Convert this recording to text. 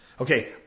Okay